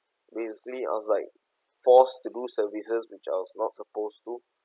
basically I was like forced to do services which I was not supposed to